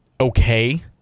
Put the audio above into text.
okay